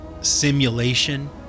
simulation